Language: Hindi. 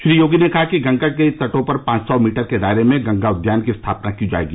श्री योगी ने कहा कि गंगा के तटों पर पाँच सौ मीटर के दायरे में गंगा उद्यान की स्थापना की जायेगी